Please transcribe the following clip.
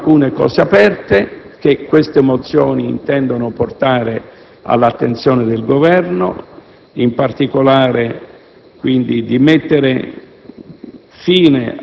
Rimangono alcune questioni aperte che queste mozioni intendono portare all'attenzione del Governo, in particolare la necessità